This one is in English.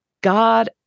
God